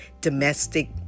domestic